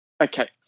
Okay